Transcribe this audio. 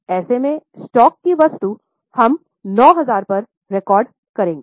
ऐसे में स्टॉक की वस्तु हम 9000 पर रिकॉर्ड करेंगे